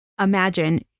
Imagine